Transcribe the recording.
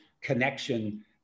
connection